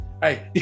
Hey